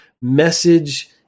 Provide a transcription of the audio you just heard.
message